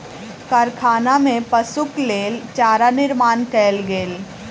कारखाना में पशुक लेल चारा निर्माण कयल गेल